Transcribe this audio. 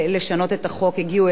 אז חוץ מאלן יש אורי,